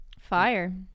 fire